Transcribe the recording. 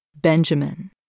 Benjamin